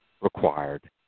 required